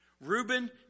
Reuben